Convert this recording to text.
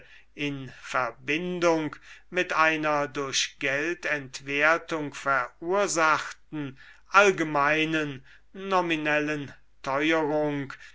in verbindung mit einer durch geldentwertung verursachten allgemeinen nominellen teuerung